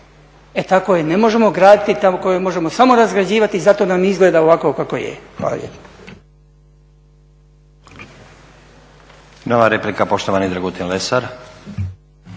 E tako je ne možemo graditi i tako je možemo samo razgrađivati i zato nam izgleda ovako kako je. Hvala lijepa. **Stazić, Nenad